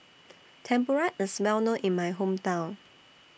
Tempura IS Well known in My Hometown